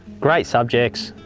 great subjects,